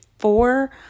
four